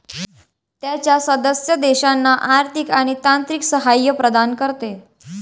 त्याच्या सदस्य देशांना आर्थिक आणि तांत्रिक सहाय्य प्रदान करते